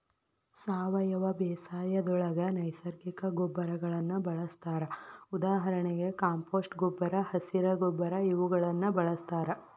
ಸಾವಯವ ಬೇಸಾಯದೊಳಗ ನೈಸರ್ಗಿಕ ಗೊಬ್ಬರಗಳನ್ನ ಬಳಸ್ತಾರ ಉದಾಹರಣೆಗೆ ಕಾಂಪೋಸ್ಟ್ ಗೊಬ್ಬರ, ಹಸಿರ ಗೊಬ್ಬರ ಇವುಗಳನ್ನ ಬಳಸ್ತಾರ